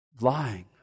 lying